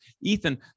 Ethan